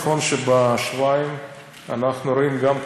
נכון שבשבועיים אנחנו רואים גם,